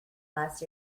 last